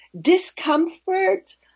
discomfort